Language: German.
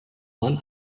man